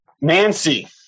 Nancy